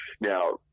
Now